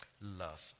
Love